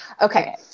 Okay